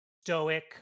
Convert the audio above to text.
stoic